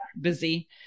busy